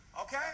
okay